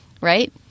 right